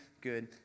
good